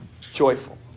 joyful